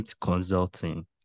Consulting